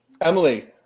Emily